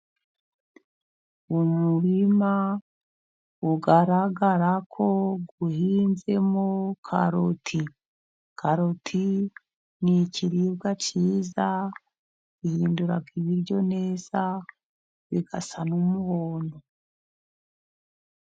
Umurima ugaragara ko gluhinzemo karoti. Karoti ni ikiribwa cyiza bihindura ibiryo neza bigasa n'umuhondo.